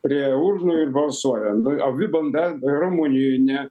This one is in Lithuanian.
prie urnų ir balsuoja nu avių banda rumunijoj ne